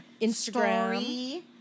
Instagram